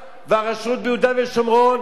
הרשות ביהודה ושומרון,